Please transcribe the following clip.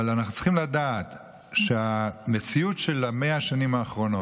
אבל אנחנו צריכים לדעת שהמציאות של 100 השנים האחרונות,